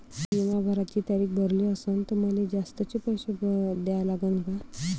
बिमा भराची तारीख भरली असनं त मले जास्तचे पैसे द्या लागन का?